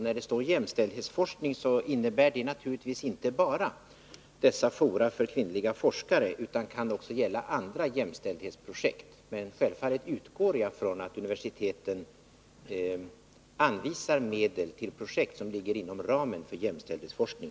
När det står jämställdhetsforskning innebär det naturligtvis inte bara dessa fora för kvinnliga forskare utan kan också gälla andra jämställdhetsprojekt, men självfallet utgår jag från att universiteten anvisar medel till projekt som ligger inom ramen för jämställdhetsforskning.